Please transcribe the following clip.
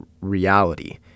reality